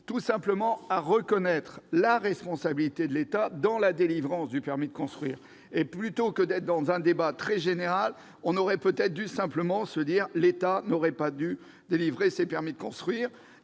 tout simplement reconnaître la responsabilité de l'État dans la délivrance du permis de construire. Plutôt que d'avoir un débat très général, on devrait peut-être simplement se dire que l'État n'aurait pas dû délivrer ces permis de construire ;